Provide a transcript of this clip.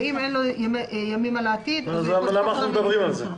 ואם אין לו ימים על העתיד --- למה אנחנו מדברים על זה?